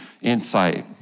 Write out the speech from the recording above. insight